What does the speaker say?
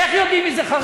איך יודעים מי זה חרדים?